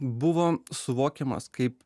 buvo suvokiamas kaip